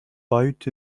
boat